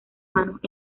manos